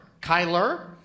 Kyler